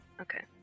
okay